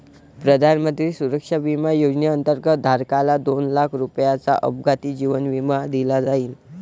प्रधानमंत्री सुरक्षा विमा योजनेअंतर्गत, धारकाला दोन लाख रुपयांचा अपघाती जीवन विमा दिला जाईल